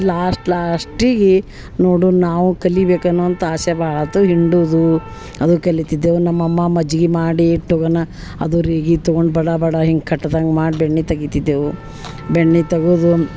last ಲಾಸ್ಟಿಗಿ ನೋಡುನ ನಾವು ಕಲಿಬೇಕು ಅನ್ನೋ ಅಂತ ಅಸೆ ಭಾಳಾತು ಹಿಂಡುದು ಅದು ಕಲಿತಿದ್ದೆವು ನಮ್ಮಮ್ಮ ಮಜ್ಗಿ ಮಾಡಿ ಇಟ್ಟು ಹೋಗಣ ಅದು ರೀಗಿ ತಗೊಂಡು ಬಡ ಬಡ ಹಿಂಗೆ ಕಟ್ಟದಂಗ ಮಾಡಿ ಬೆಣ್ಣಿ ತಗಿತಿದ್ದೆವು ಬೆಣ್ಣಿ ತಗುದು